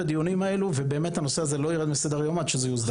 הדיונים האלה ובאמת הנושא הזה לא ירד מסדר היום עד שהוא יוסדר.